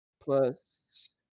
plus